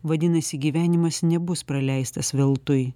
vadinasi gyvenimas nebus praleistas veltui